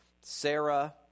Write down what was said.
Sarah